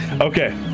Okay